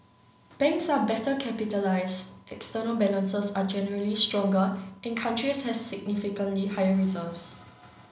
banks are better capitalised external balances are generally stronger and countries have significantly higher reserves